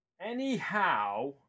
Anyhow